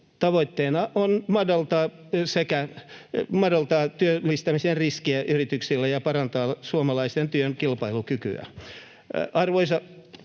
Tavoitteena on madaltaa työllistämisen riskiä yrityksille ja parantaa suomalaisen työn kilpailukykyä. Arvoisa puhemies!